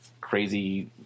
crazy